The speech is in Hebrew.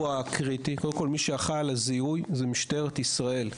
קודם כול, מי שאחראי על הזיהוי זה משטרת ישראל.